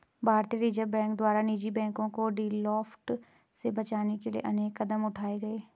भारतीय reserve bank द्वारा निजी बैंकों को डिफॉल्ट से बचाने के लिए अनेक कदम उठाए गए